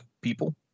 people